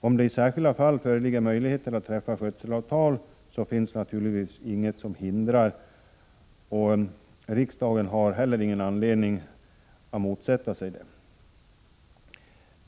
Om det i särskilda fall föreligger möjligheter att träffa sådana skötselavtal, är det naturligtvis ingenting som hindrar detta, och riksdagen har heller ingen anledning att motsätta sig det.